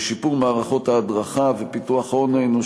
וכן: שופרו מערכות ההדרכה ופיתוח ההון האנושי,